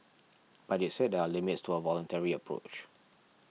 but it said there are limits to a voluntary approach